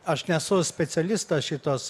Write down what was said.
aš nesu specialistas šitos